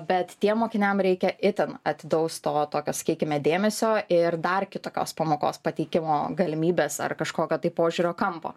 bet tiem mokiniam reikia itin atidaus to tokio sakykime dėmesio ir dar kitokios pamokos pateikimo galimybės ar kažkokio tai požiūrio kampo